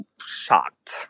shocked